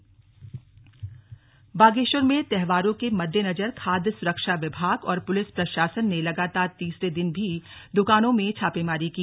छापेमारी बागेश्वर बागेश्वर में त्योहारों के मद्देनजर खाद्य सुरक्षा विभाग और पुलिस प्रशासन ने लगातार तीसरे दिन भी दुकानों में छापेमारी की